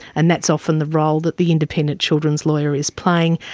and that's often the role that the independent children's lawyer is playing.